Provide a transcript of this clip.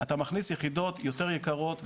אתה מכניס יחידות פחות יקרות,